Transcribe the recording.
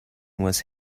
was